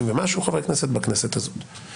של 90 ומשהו חברי כנסת בכנסת הזאת.